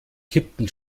kippten